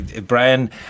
Brian